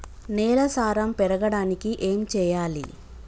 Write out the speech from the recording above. నేల సారం పెరగడానికి ఏం చేయాలి?